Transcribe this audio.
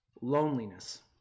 loneliness